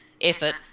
effort